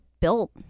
built